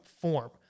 form